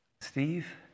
Steve